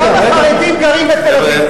כמה חרדים גרים בתל-אביב?